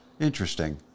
Interesting